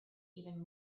even